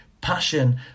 passion